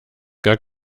gar